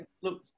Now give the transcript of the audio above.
Look